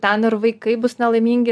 ten ir vaikai bus nelaimingi